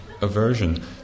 aversion